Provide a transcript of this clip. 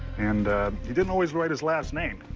and he didn't always write his last name.